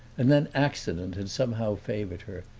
and then accident had somehow favored her,